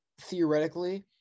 theoretically